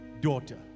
daughter